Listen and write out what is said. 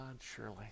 Surely